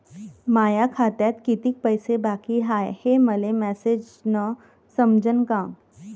माया खात्यात कितीक पैसे बाकी हाय हे मले मॅसेजन समजनं का?